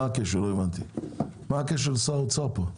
מה הקשר של שר האוצר?